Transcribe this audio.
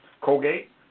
Colgate